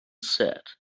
said